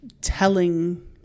telling